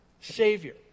Savior